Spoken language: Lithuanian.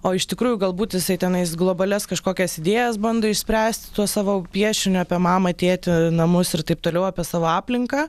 o iš tikrųjų galbūt jisai tenais globalias kažkokias idėjas bando išspręsti tuo savo piešiniu apie mamą tėtį namus ir taip toliau apie savo aplinką